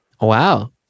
Wow